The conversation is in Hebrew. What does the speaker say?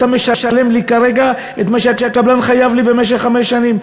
אתה משלם לי כרגע את מה שהקבלן חייב לי במשך חמש שנים,